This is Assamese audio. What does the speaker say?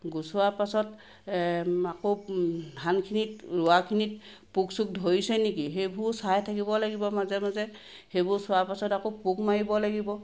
গুচোৱা পাছত আকৌ ধানখিনিত ৰোৱাখিনিত পোক চোক ধৰিছে নেকি সেইবোৰ চাই থাকিব লাগিব মাজে মাজে সেইবোৰ চোৱা পাছত আকৌ পোক মাৰিব লাগিব